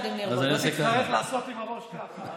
לעשות עם הראש ככה.